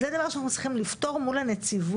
זה דבר שאנחנו צריכים לפתור מול הנציבות.